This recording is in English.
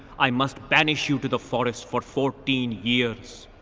i must banish you to the forest for fourteen years!